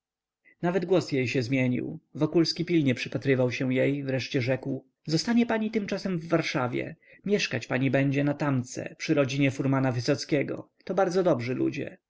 nawet głos jej się zmienił wokulski pilnie przypatrywał się jej nareszcie rzekł zostanie pani tymczasem w warszawie mieszkać będzie pani na tamce przy rodzinie furmana wysockiego to bardzo dobrzy ludzie